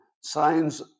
signs